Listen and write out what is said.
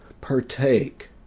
partake